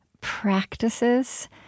practices